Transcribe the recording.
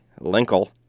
Linkle